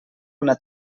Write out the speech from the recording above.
una